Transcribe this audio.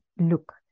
look